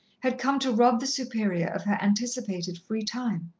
had come to rob the superior of her anticipated free time.